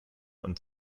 und